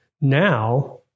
now